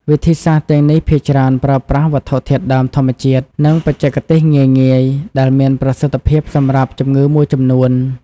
វិធីសាស្ត្រទាំងនេះភាគច្រើនប្រើប្រាស់វត្ថុធាតុដើមធម្មជាតិ និងបច្ចេកទេសងាយៗ ដែលមានប្រសិទ្ធភាពសម្រាប់ជំងឺមួយចំនួន។